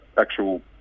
actual